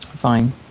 fine